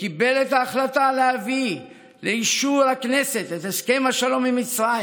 שקיבל את ההחלטה להביא לאישור הכנסת את הסכם השלום עם מצרים,